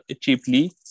cheaply